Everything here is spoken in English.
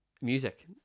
Music